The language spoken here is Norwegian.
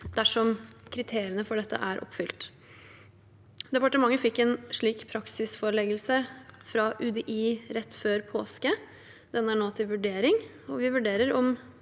dersom kriteriene for dette er oppfylt. Departementet fikk en slik praksisforeleggelse fra UDI rett før påske. Den er nå til vurdering, og vi vurderer om